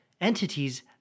Entities